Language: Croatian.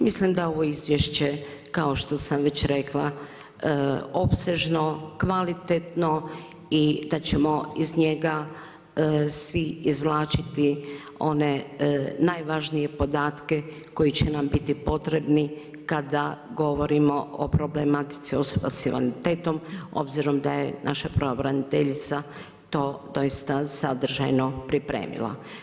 Mislim da ovo izvješće kao što sam već rekla, opsežno, kvalitetno i da ćemo iz njega svi izvlačiti one najvažnije podatke koji će nam biti potrebni kada govorimo o problematici osoba s invaliditetom, obzirom da je naša pravobraniteljica to doista sadržajno pripremila.